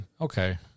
Okay